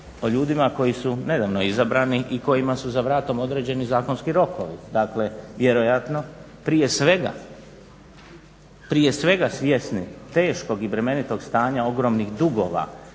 o ljudima koji su nedavno izabrani i koji su za vratom određeni zakonski rokovi. Dakle, vjerojatno prije svega svjesni teškog i bremenitog stanja ogromnih dugova,